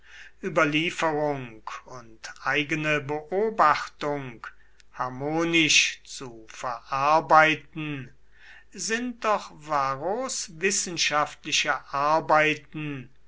überlieferung und eigene beobachtung harmonisch zu verarbeiten sind doch varros wissenschaftliche arbeiten